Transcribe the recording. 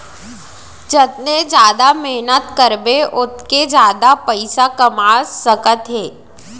जतने जादा मेहनत करबे ओतके जादा पइसा कमा सकत हे